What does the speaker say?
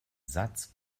satz